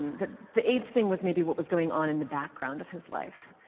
the the aids thing was maybe what was going on in the background of his life.